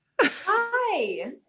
hi